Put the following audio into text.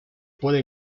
puede